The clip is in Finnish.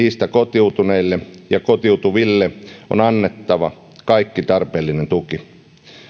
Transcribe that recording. niistä kotiutuneille ja kotiutuville on annettava kaikki tarpeellinen tuki